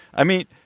i mean,